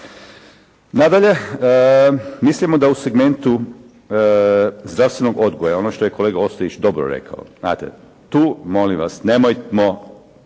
Nadalje, mislimo da u segmentu zasebnog odgoja, ono što je kolega Ostojić dobro rekao. Tu molim vas nemojmo